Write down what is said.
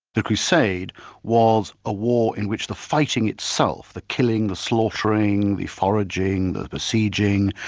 the crusade was a war in which the fighting itself, the killing, the slaughtering, the foraging, the besieging,